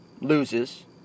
loses